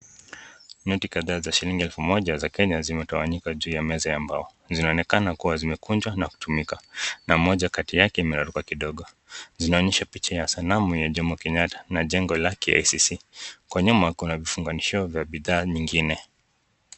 Noti kadhaa za shilingi elfu moja za Kenya zimetoanigwaa juu ya meza ya mbao. Zinaonekana kuwa zimekunchwa na kutumika na moja kati yake imeraruka kidogo. Zinaonyesha picha ya sanamu ya Jomo Kenyatta na jengo la KICC, kwa nyuma kuna vifunganishio za bidhaa nyingine.